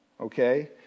okay